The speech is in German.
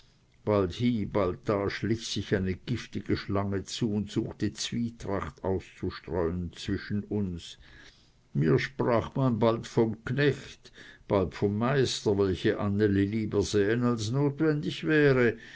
da schlich sich eine giftige schlange zu und suchte zwietracht auszustreuen zwischen uns mir sprach man bald vom knecht bald vom meister welche anneli lieber sähen als notwendig wäre